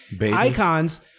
icons